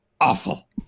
awful